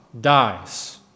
dies